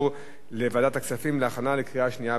לוועדת הכספים נתקבלה.